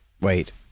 Wait